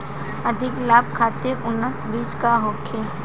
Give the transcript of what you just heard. अधिक लाभ खातिर उन्नत बीज का होखे?